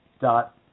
dot